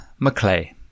McClay